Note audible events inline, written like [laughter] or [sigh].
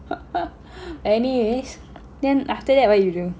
[laughs] anyways then after that what you do